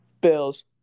Bills